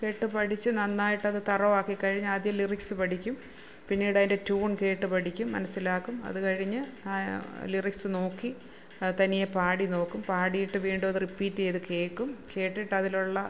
കേട്ടു പഠിച്ച് നന്നായിട്ടത് തറോവാക്കി കഴിഞ്ഞാദ്യം ലിറിക്സ് പഠിക്കും പിന്നീടതിന്റെ ട്യൂൺ കേട്ടു പഠിക്കും മനസ്സിലാക്കും അതു കഴിഞ്ഞ് ആ ലിറിക്സ് നോക്കി അതു തനിയെ പാടി നോക്കും പാടിയിട്ട് വീണ്ടും അത് റെപ്പീറ്റ് ചെയ്തു കേൾക്കും കേട്ടിട്ടതിലുള്ള